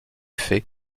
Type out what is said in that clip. faits